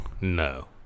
No